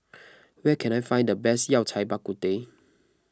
where can I find the best Yao Cai Bak Kut Teh